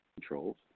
controls